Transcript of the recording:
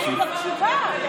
אני מקשיבה.